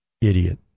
Idiot